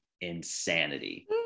insanity